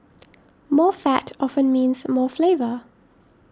more fat often means more flavour